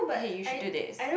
hey you should do this